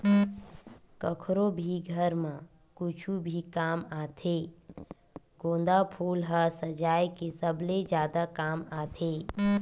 कखरो भी घर म कुछु भी काम आथे गोंदा फूल ह सजाय के सबले जादा काम आथे